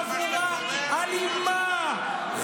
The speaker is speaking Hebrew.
חבורה אלימה,